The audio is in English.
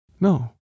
no